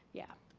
yeah.